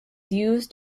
used